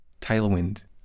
Tailwind